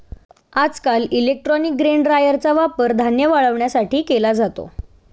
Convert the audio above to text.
आजकाल electronic grain ड्रायरचा वापर धान्य वाळवण्यासाठी केला जातो